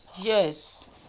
Yes